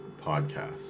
podcast